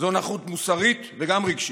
זו נכות מוסרית וגם רגשית.